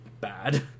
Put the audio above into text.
bad